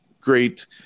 great